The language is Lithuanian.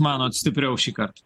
manot stipriau šįkart